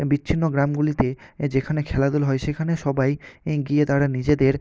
বিচ্ছিন্ন গ্রামগুলিতে এ যেখানে খেলাধুলা হয় সেখানে সবাই গিয়ে তারা নিজেদের